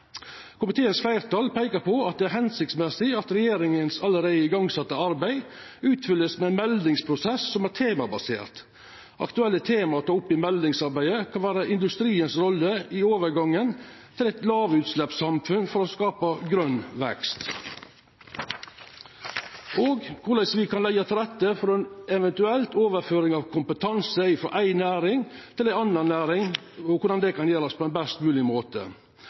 Komiteens fleirtal peikar på at det er føremålstenleg at arbeidet som allereie er sett i gang av regjeringa, vert utfylt av ein meldingsprosess som er temabasert. Aktuelle tema å ta opp i meldingsarbeidet kan vera industriens rolle i overgangen til eit lågutsleppssamfunn og for å skapa grøn vekst, korleis me kan leggja til rette for ei eventuell overføring av kompetanse frå ei næring til ei anna næring